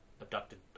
abducted